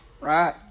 Right